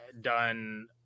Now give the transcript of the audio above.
done